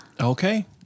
Okay